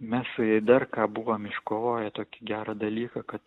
mes dar ką buvom iškovoję tokį gerą dalyką kad